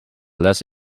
less